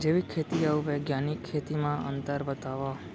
जैविक खेती अऊ बैग्यानिक खेती म अंतर बतावा?